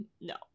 no